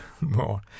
more